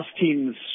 team's